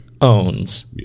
owns